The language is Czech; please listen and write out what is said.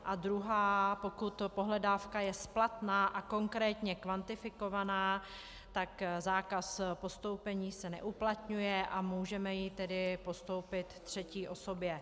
A druhá, pokud pohledávka je splatná a konkrétně kvantifikovaná, tak zákaz postoupení se neuplatňuje, a můžeme ji tedy postoupit třetí osobě.